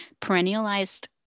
perennialized